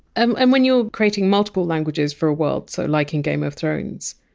and and when you're creating multiple languages for a world, so like in game of thrones,